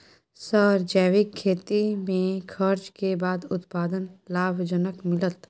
Sir जैविक खेती में खर्च के बाद उत्पादन लाभ जनक मिलत?